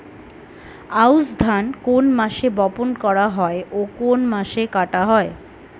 আউস ধান কোন মাসে বপন করা হয় ও কোন মাসে কাটা হয়?